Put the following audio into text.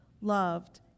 loved